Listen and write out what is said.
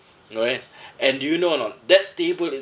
correct and and do you know or not that table